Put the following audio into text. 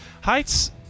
Heights